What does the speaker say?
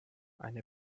eine